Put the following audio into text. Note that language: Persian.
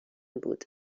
بود